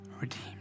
Redeemed